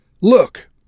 Look